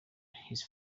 his